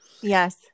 yes